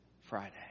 Friday